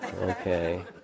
Okay